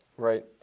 Right